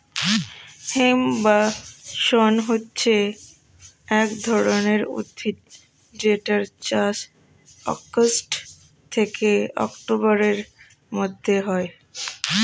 hemp বা শণ হচ্ছে এক ধরণের উদ্ভিদ যেটার চাষ আগস্ট থেকে অক্টোবরের মধ্যে হয়